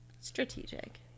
strategic